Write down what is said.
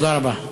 תודה רבה.